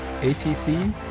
ATC